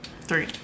three